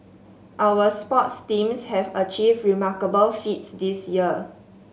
our sports teams have achieved remarkable feats this year